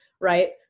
right